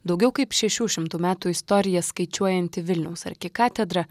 daugiau kaip šešių šimtų metų istoriją skaičiuojanti vilniaus arkikatedra